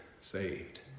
saved